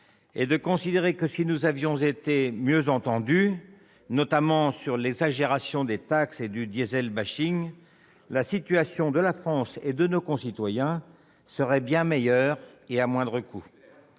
et de considérer que, si nous avions été mieux entendus, notamment sur le niveau exagéré des taxes et sur le diesel, la situation de la France et de nos concitoyens serait bien meilleure, et ce à moindre coût.